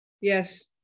Yes